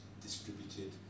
distributed